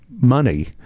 money